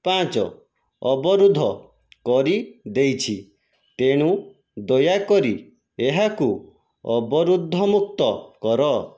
ପାଞ୍ଚ ଅବରୋଧ କରିଦେଇଛି ତେଣୁ ଦୟାକରି ଏହାକୁ ଅବରୋଧମୁକ୍ତ କର